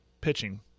pitching